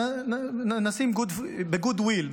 נשים ב-good will,